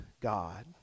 God